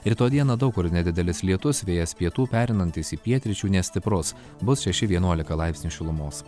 rytoj dieną daug kur nedidelis lietus vėjas pietų pereinantis į pietryčių nestiprus bus šeši vienuolika laipsnių šilumos